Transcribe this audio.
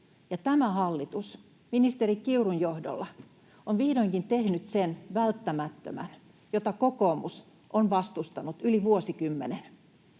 tämä hallitus ministeri Kiurun johdolla on vihdoinkin tehnyt sen välttämättömän, mitä kokoomus on vastustanut yli vuosikymmenen.